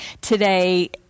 today